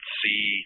see